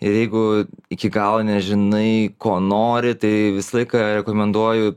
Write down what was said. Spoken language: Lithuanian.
ir jeigu iki galo nežinai ko nori tai visą laiką rekomenduoju